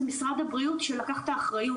זה משרד הבריאות שלקח את האחריות.